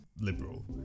liberal